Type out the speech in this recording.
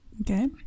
Okay